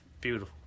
Beautiful